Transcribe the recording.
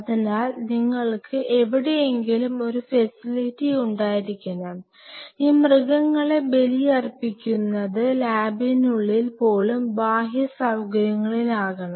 അതിനാൽ നിങ്ങൾക്ക് എവിടെയെങ്കിലും ഒരു ഫെസിലിറ്റി ഉണ്ടായിരിക്കണം ഈ മൃഗങ്ങളെ ബലിയർപ്പിക്കുന്നത് ലാബിനുള്ളിൽ പോലും ബാഹ്യ സൌകര്യങ്ങളിലാകണം